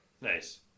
Nice